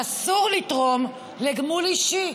אסור לתרום לגמול אישי.